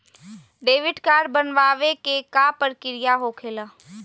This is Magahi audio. डेबिट कार्ड बनवाने के का प्रक्रिया होखेला?